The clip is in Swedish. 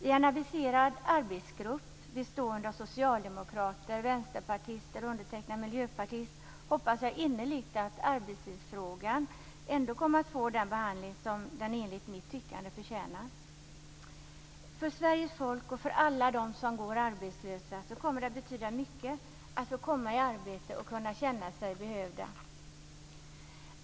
I en aviserad arbetsgrupp bestående av socialdemokrater, vänsterpartister och undertecknad miljöpartist hoppas jag innerligt att arbetstidsfrågan ändå kommer att få den behandling som jag tycker att den förtjänar. För Sveriges folk och för alla dem som går arbetslösa kommer det att betyda mycket att få komma i arbete och känna sig behövda.